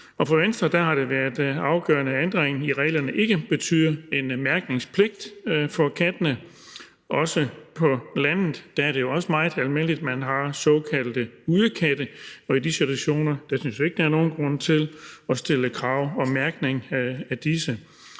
For Venstre har det været afgørende, at ændringen af reglerne ikke betyder en mærkningspligt for katteejerne. På landet er det jo også meget almindeligt, at man har såkaldte udekatte, og i de situationer synes vi ikke der er nogen grund til at stille krav om mærkning af disse